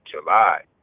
July